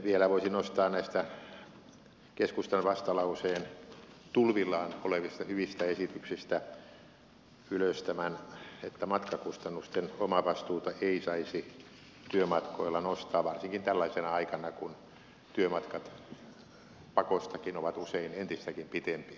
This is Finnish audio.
vielä voisin nostaa näistä keskustan vastalauseen tulvillaan olevista hyvistä esityksistä ylös tämän että matkakustannusten omavastuuta ei saisi työmatkoilla nostaa varsinkaan tällaisena aikana kun työmatkat pakostakin ovat usein entistäkin pitempiä